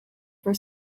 for